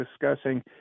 discussing